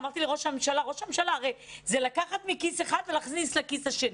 אמרתי לראש הממשלה: זה לקחת מכיס אחד להכניס לכיס השני,